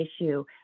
issue